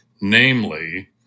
namely